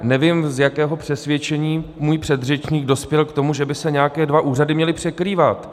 Nevím, z jakého přesvědčení můj předřečník dospěl k tomu, že by se nějaké dva úřady měly překrývat.